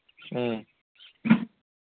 ꯎꯝ